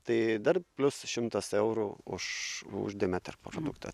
tai dar plius šimtas eurų už už demetra produktą